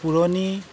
পুৰণি